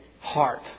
heart